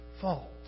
fault